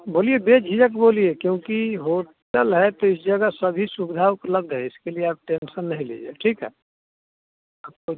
बोलिए बेझिझक बोलिए क्योंकि होटल है तो इस जगह सभी सुविधा उपलब्ध है इसके लिए आप टेंसन नहीं लीजिए ठीक है आपको